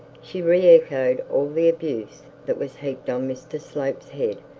she re-echoed all the abuse that was heaped on mr slope's head,